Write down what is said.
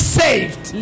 saved